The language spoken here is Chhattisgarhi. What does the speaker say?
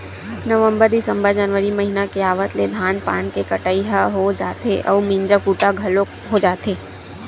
नवंबर, दिंसबर, जनवरी महिना के आवत ले धान पान के कटई ह हो जाथे अउ मिंजा कुटा घलोक जाथे